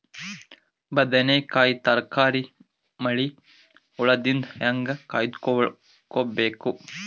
ಬದನೆಕಾಯಿ ತರಕಾರಿ ಮಳಿ ಹುಳಾದಿಂದ ಹೇಂಗ ಕಾಯ್ದುಕೊಬೇಕು?